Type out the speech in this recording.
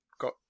got